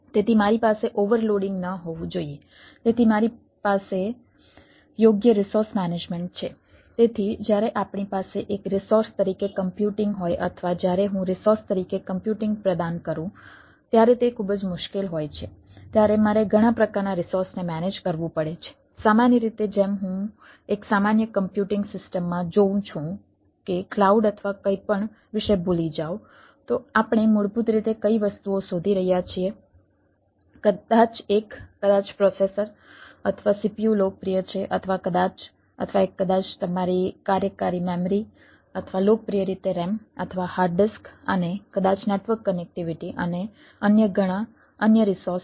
તેથી મારી પાસે ઓવરલોડિંગ અને અન્ય ઘણા અન્ય રિસોર્સ છે જે તે યોગ્ય છે